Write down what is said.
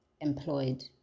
employed